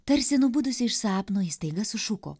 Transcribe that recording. tarsi nubudusi iš sapno ji staiga sušuko